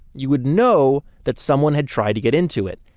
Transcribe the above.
you would know that someone had tried to get into it,